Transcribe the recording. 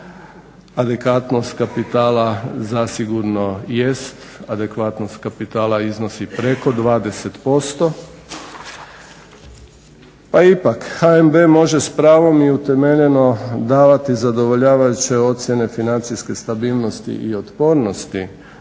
adekvatnost kapitala zasigurno jest. Adekvatnost kapitala iznosi preko 20%, a ipak HMB može s pravom i utemeljeno davati zadovoljavajuće ocijene financijske stabilnosti i otpornosti.